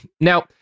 Now